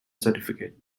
certificate